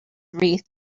wreath